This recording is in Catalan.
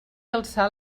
alçar